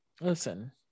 Listen